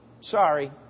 Sorry